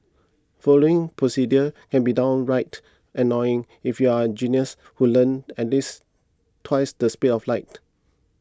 following procedures can be downright annoying if you're a genius who learns at this twice the speed of light